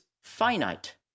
finite